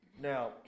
Now